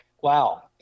Wow